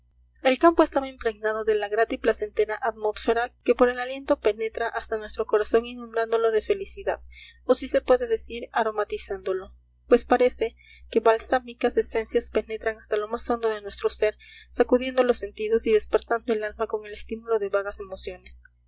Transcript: el campo estaba impregnado de la grata y placentera atmósfera que por el aliento penetra hasta nuestro corazón inundándolo de felicidad o si se puede decir aromatizándolo pues parece que balsámicas esencias penetran hasta lo más hondo de nuestro ser sacudiendo los sentidos y despertando el alma con el estímulo de vagas emociones